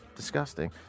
Disgusting